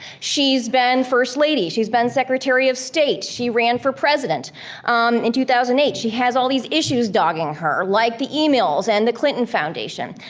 she's been first lady, she's been secretary of state, she ran for president in two thousand and eight. she has all these issues dogging her like the emails and the clinton foundation.